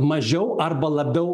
mažiau arba labiau